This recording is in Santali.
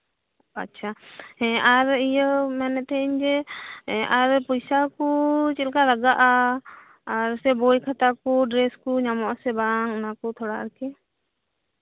ᱟᱪᱪᱷᱟ ᱦᱮᱸ ᱤᱭᱟᱹ ᱟᱨ ᱢᱮᱱᱮᱫ ᱛᱟᱦᱮᱸᱱᱟᱹᱧ ᱡᱮ ᱟᱨ ᱯᱚᱭᱥᱟᱠᱩ ᱪᱮᱫᱞᱮᱠᱟ ᱞᱟᱜᱟᱜᱼᱟ ᱟᱨ ᱥᱮ ᱵᱳᱭ ᱠᱷᱟᱛᱟ ᱠᱚ ᱰᱨᱮᱥ ᱠᱚ ᱧᱟᱢᱚᱜ ᱟᱥᱮ ᱵᱟᱝ ᱚᱱᱟᱠᱩ ᱛᱷᱚᱲᱟ ᱟᱨ ᱠᱤ